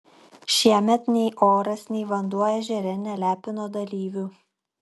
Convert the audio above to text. šiemet nei oras nei vanduo ežere nelepino dalyvių